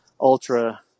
ultra